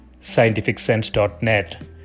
scientificsense.net